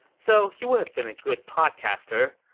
so, he would have been a good podcaster,